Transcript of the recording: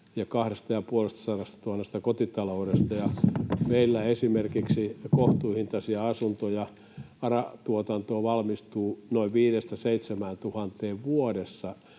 ja 250 000 kotitaloudesta, niin meillä esimerkiksi kohtuuhintaisia asuntoja ARA-tuotannossa valmistuu noin 5 000—7 000 kappaletta